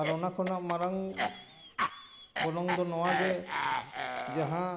ᱟᱨ ᱚᱱᱟ ᱠᱷᱚᱱᱟᱜ ᱢᱟᱨᱟᱝ ᱜᱚᱱᱚᱝ ᱫᱚ ᱱᱚᱣᱟᱜᱮ ᱡᱟᱦᱟᱸ